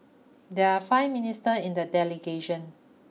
there are five minister in the delegation